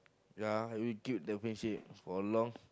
ya we keep the friendship for a long